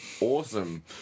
awesome